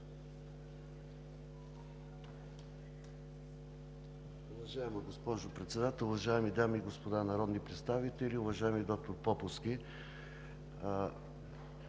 Добре,